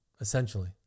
essentially